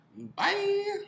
Bye